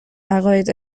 عقاید